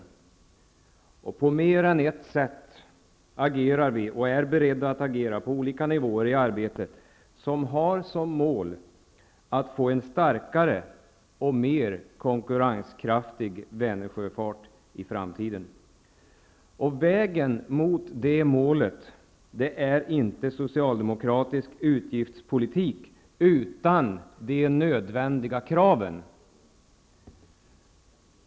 Vi agerar på mer än ett sätt, och vi är beredda att agera på olika nivåer i det arbete som har som mål att få en starkare och mer konkurrenskraftig Vänersjöfart i framtiden. Vägen mot det målet är inte socialdemokratisk utgiftspolitik, utan att uppfylla de nödvändiga kraven.